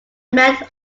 met